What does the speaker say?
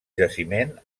jaciment